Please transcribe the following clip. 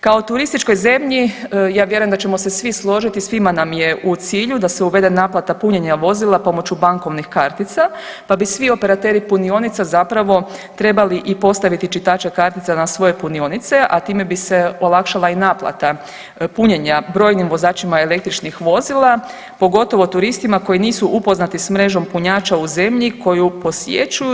Kao turističkoj zemlji ja vjerujem da ćemo se svi složiti svima je u cilju da se uvede naplata punjenja vozila pomoću bankovnih kartica pa bi svi operateri punionica zapravo trebali i postaviti čitače kartica na svoje punionice, a time bi se olakšala i naplata punjenja brojnim vozačima električnih vozila pogotovo turistima koji nisu upoznati s mrežom punjača u zemlji koju posjećuju.